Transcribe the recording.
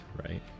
right